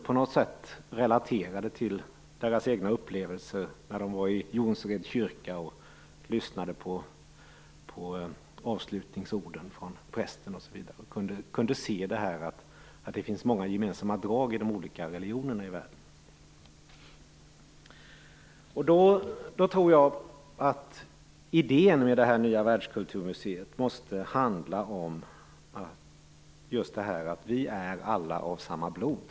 På något sätt kunde de relatera till sina egna upplevelser när de var i Jonsereds kyrka och lyssnade på prästens avslutande ord osv. De kunde se att det finns många gemensamma drag i de olika religionerna i världen. Jag tror att idén med det nya världskulturmuseet måste handla om att vi alla är av samma blod.